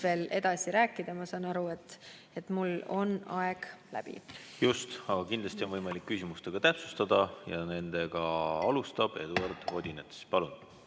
veel rääkida. Ma saan aru, et praegu on mul aeg läbi. Just, aga kindlasti on võimalik küsimustega täpsustada ja nendega alustab Eduard Odinets. Palun!